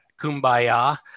kumbaya